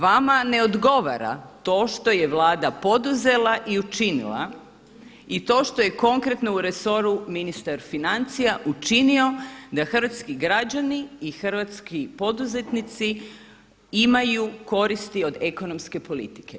Vama ne odgovara to što je Vlada poduzela i učinila i to što je konkretno u resoru ministar financija učinio da hrvatski građani i hrvatski poduzetnici imaju koristi od ekonomske politike.